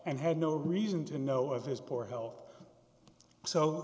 and had no reason to know of his poor health so